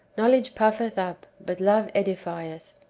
knowledge puffeth up, but love edifieth.